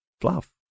fluff